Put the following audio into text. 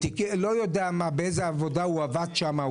לא יודע באיזו עבודה הוא עבד שמה,